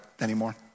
anymore